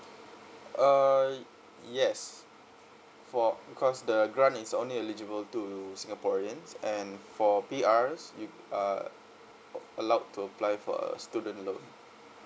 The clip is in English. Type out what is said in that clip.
err yes for because the grant is only eligible to singaporeans and for P_Rs you are allowed to apply for a student loan